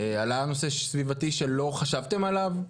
עלה נושא סביבתי שלא חשבתם עליו?